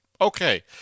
Okay